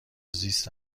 زیست